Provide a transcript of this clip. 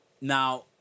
now